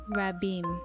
Rabim